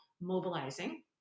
mobilizing